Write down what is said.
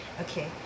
Okay